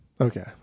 Okay